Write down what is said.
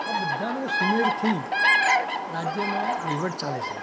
આ બધાનો સુમેળથી રાજ્યમાં વહીવટ ચાલે છે